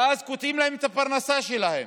ואז גודעים להם את הפרנסה שלהם.